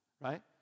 right